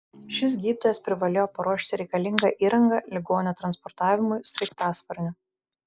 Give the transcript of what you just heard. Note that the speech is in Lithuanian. šis gydytojas privalėjo paruošti reikalingą įrangą ligonio transportavimui sraigtasparniu